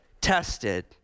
tested